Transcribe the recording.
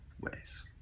ways